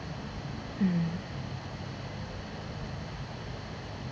mmhmm